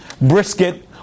brisket